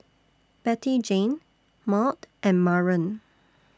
Bettyjane Maud and Maren